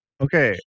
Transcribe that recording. Okay